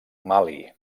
mali